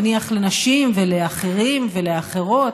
נניח לנשים ולאחרים ולאחרות,